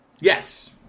Yes